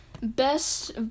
Best